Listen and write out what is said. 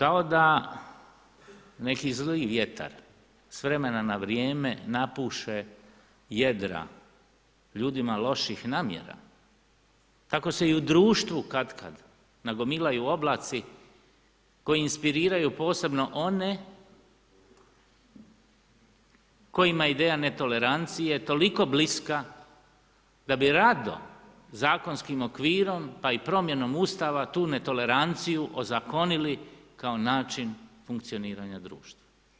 Ali kao da neki zli vjetar s vremena na vrijeme napuše jedra ljudima loših namjera, tako se i društvu katkad nagomilaju oblaci koji inspiriraju posebno one kojima je ideja netolerancije toliko bliska da bi rado zakonskim okvirom, pa i promjenom Ustava tu netoleranciju ozakonili kao način funkcioniranja društva.